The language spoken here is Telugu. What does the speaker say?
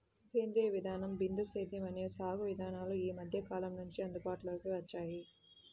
సేంద్రీయ విధానం, బిందు సేద్యం అనే సాగు విధానాలు ఈ మధ్యకాలం నుంచే అందుబాటులోకి వచ్చాయి